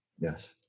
Yes